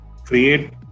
create